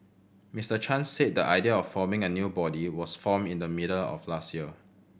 Mister Chan said the idea of forming a new body was formed in the middle of last year